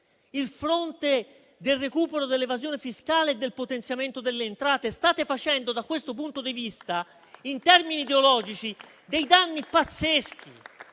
il fronte del recupero dell'evasione fiscale e del potenziamento delle entrate. Da questo punto di vista state facendo, in termini ideologici, dei danni pazzeschi